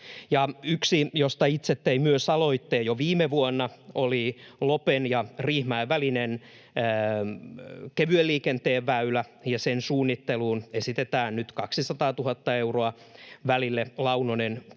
yksi, josta myös tein itse aloitteen jo viime vuonna, oli Lopen ja Riihimäen välinen kevyen liikenteen väylä. Sen suunnitteluun esitetään nyt 200 000 euroa välille Launonen—Kormu—Riihimäki.